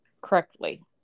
correctly